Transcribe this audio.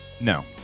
No